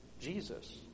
Jesus